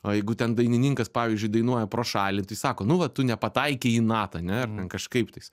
nu jeigu ten dainininkas pavyzdžiui dainuoja pro šalį tai sako nu va tu nepataikei į natą ane ar ten kažkaip tais